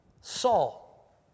Saul